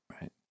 right